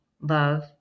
love